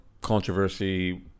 controversy